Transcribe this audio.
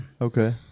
Okay